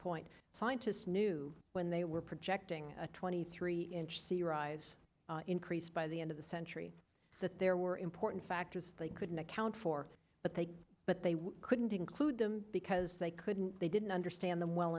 point scientists knew when they were projecting a twenty three inch sea rise increase by the end of the century that there were important factors they couldn't account for but they but they couldn't include them because they couldn't they didn't understand them well